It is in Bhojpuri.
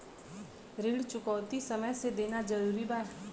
ऋण चुकौती समय से देना जरूरी बा?